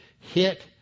hit